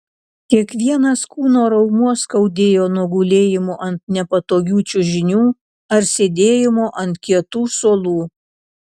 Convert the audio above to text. kiekvienas kūno raumuo skaudėjo nuo gulėjimo ant nepatogių čiužinių ar sėdėjimo ant kietų suolų